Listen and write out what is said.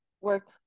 work